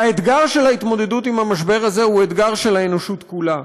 והאתגר של ההתמודדות עם המשבר הזה הוא אתגר של האנושות כולה.